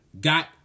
Got